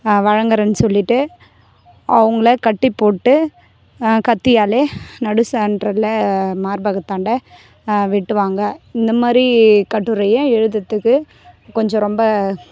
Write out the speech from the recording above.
வழங்கிறேன் சொல்லிட்டு அவங்களை கட்டி போட்டு கத்தியால் நடு சென்ட்ரில் மார்பக தண்டை வெட்டுவாங்க இந்த மாதிரி கட்டுரையை எழுதுகிறத்துக்கு கொஞ்சம் ரொம்ப